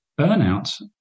burnout